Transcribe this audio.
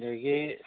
ꯑꯗꯒꯤ